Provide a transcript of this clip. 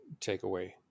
takeaway